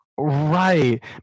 Right